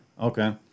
Okay